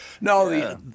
no